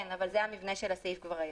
כן, זה המבנה של הסעיף כבר היום.